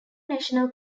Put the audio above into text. national